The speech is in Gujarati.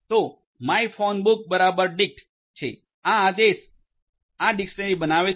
તો માયફોનબુક બરાબર ડીકટ છે આ ખાસ આદેશ આ ડીક્ષનરી બનાવે છે